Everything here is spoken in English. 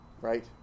right